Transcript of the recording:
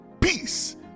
peace